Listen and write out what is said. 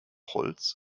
holz